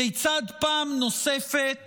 כיצד פעם נוספת